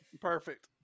Perfect